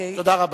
תודה רבה.